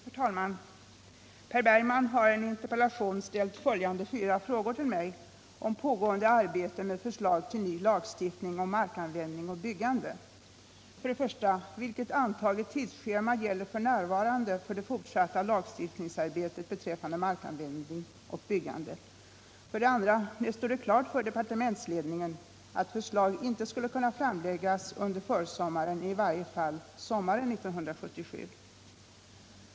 Herr talman! Per Bergman har i en interpellation ställt följande fyra frågor till mig om pågående arbete med förslag till ny lagstiftning om markanvändning och byggande. 2. När stod det klart för departementsledningen att förslag inte skulle framläggas under försommaren eller i vart fall sommaren 1977?